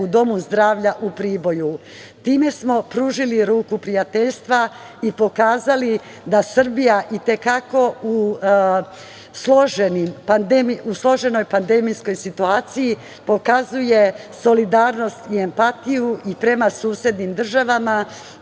u Domu zdravlja u Priboju. Time smo pružili ruku prijateljstva i pokazali da Srbija i te kako u složenoj pandemijskoj situaciji, pokazuje solidarnost i empatiju i prema susednim državama,